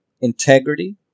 integrity